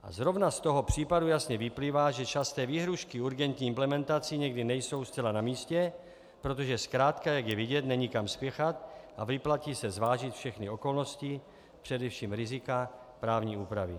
A zrovna z toho případu jasně vyplývá, že časté výhrůžky urgentní implementací někdy nejsou zcela namístě, protože zkrátka, jak je vidět, není kam spěchat a vyplatí se zvážit všechny okolnosti, především rizika právní úpravy.